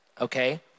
okay